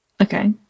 Okay